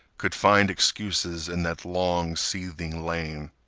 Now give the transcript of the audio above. could find excuses in that long seething lane.